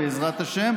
בעזרת השם,